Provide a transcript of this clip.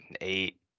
eight